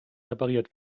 repariert